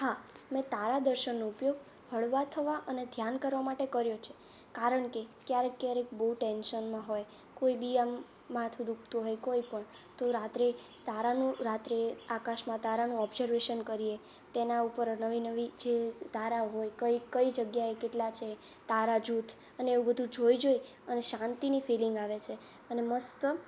હા મેં તારા દર્શનનો ઉપયોગ હળવા થવા અને ધ્યાન કરવા માટે કર્યો છે કારણ કે ક્યારેક ક્યારેક બહુ ટેન્શનમાં હોય કોઇ બી આમ માથું દુઃખતું હોય કોઇપણ તો રાત્રે તારાનું રાત્રે આકાશમાં તારાનું ઓબ્ઝર્વેશન કરીએ તેના ઉપર નવી નવી જે તારા હોય કઈ કઈ જગ્યાએ કેટલા છે તારા જૂથ અને એવું બધું જોઇ જોઇ અને શાંતિની ફિલિંગ આવે છે અને મસ્ત